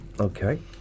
Okay